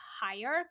higher